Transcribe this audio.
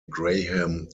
graham